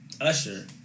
Usher